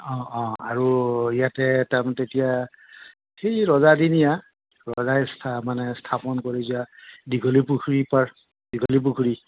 অঁ অঁ আৰু ইয়াতে তাৰমানে তেতিয়া সেই ৰজাদিনীয়া ৰজাই স্থা মানে স্থাপন কৰি যোৱা দীঘলী পুখুৰী পাৰ দীঘলী পুখুৰী